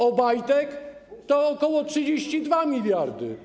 Obajtek to ok. 32 mld.